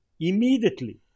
immediately